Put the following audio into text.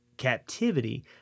captivity